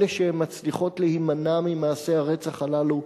אלה שמצליחות להימנע ממעשי הרצח הללו,